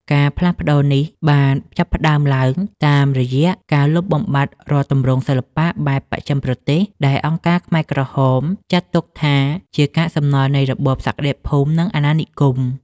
ការផ្លាស់ប្តូរនេះបានចាប់ផ្តើមឡើងតាមរយៈការលុបបំបាត់រាល់ទម្រង់សិល្បៈបែបបស្ចិមប្រទេស ដែលអង្គការខ្មែរក្រហមចាត់ទុកថាជាកាកសំណល់នៃរបបសក្តិភូមិ និងអាណានិគម។